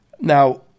Now